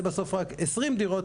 לעשות כ-100 דירות,